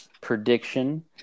prediction